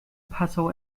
passau